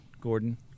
Gordon